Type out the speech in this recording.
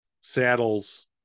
saddles